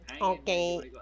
Okay